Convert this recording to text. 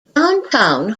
downtown